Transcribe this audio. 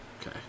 Okay